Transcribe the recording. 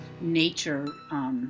nature